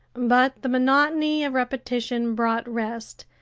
but the monotony of repetition brought rest,